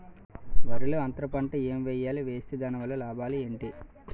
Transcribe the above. వరిలో అంతర పంట ఎం వేయాలి? వేస్తే దాని వల్ల లాభాలు ఏంటి?